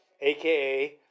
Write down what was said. AKA